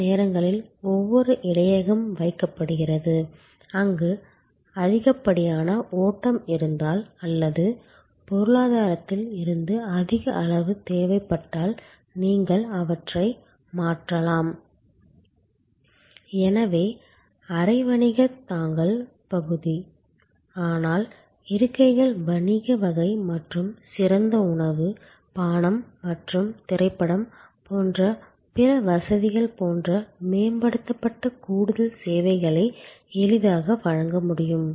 சில நேரங்களில் ஒரு இடையகம் வைக்கப்படுகிறது அங்கு அதிகப்படியான ஓட்டம் இருந்தால் அல்லது பொருளாதாரத்தில் இருந்து அதிக அளவு தேவைப்பட்டால் நீங்கள் அவற்றை மாற்றலாம எனவே அரை வணிக தாங்கல் பகுதி ஆனால் இருக்கைகள் வணிக வகை மற்றும் சிறந்த உணவு பானம் மற்றும் திரைப்படம் போன்ற பிற வசதிகள் போன்ற மேம்படுத்தப்பட்ட கூடுதல் சேவைகளை எளிதாக வழங்க முடியும்